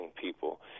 people